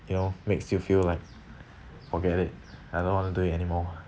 you know makes you feel like forget it I don't wanna do it anymore